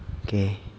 K